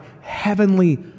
heavenly